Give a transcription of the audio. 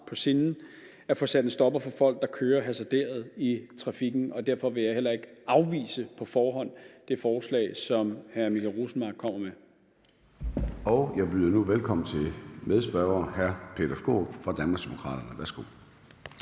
på sinde at få sat en stopper for folk, der kører hasarderet i trafikken. Derfor vil jeg heller ikke på forhånd afvise det forslag, som hr. Michael Rosenmark kommer med. Kl. 14:16 Formanden (Søren Gade): Jeg byder nu velkommen til medspørger hr. Peter Skaarup fra Danmarksdemokraterne. Værsgo.